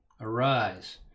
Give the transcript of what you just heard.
Arise